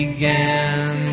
Began